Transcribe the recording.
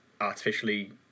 artificially